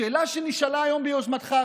השאלה שנשאלה היום ביוזמתך,